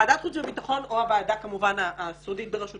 ועדות חוץ וביטחון והועדה הסודית של הוועדה לביקורת